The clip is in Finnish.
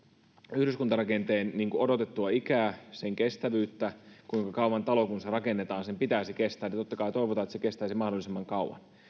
yhdyskuntarakenteen odotettua ikää sen kestävyyttä sitä kuinka kauan talon kun se rakennetaan pitäisi kestää ja totta kai toivotaan että se kestäisi mahdollisimman kauan niin